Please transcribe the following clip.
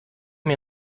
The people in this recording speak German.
mir